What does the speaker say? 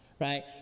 right